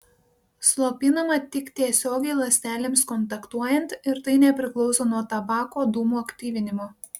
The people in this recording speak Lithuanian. slopinama tik tiesiogiai ląstelėms kontaktuojant ir tai nepriklauso nuo tabako dūmų aktyvinimo